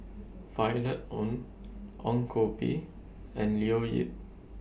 Violet Oon Ong Koh Bee and Leo Yip